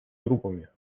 группами